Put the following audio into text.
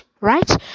right